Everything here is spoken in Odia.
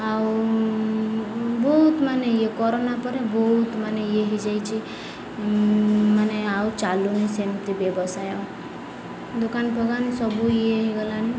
ଆଉ ବହୁତ ମାନେ ଇଏ କରୋନା ପରେ ବହୁତ ମାନେ ଇଏ ହୋଇଯାଇଛି ମାନେ ଆଉ ଚାଲୁନି ସେମିତି ବ୍ୟବସାୟ ଦୋକାନଫୋକାନ ସବୁ ଇଏ ହୋଇଗଲାଣିି